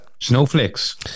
Snowflakes